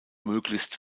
möglichst